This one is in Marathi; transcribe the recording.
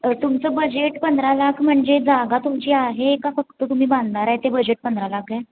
तुमचं बजेट पंधरा लाख म्हणजे जागा तुमची आहे का फक्त तुम्ही बांधणार आहे ते बजेट पंधरा लाख आहे